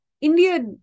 India